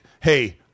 hey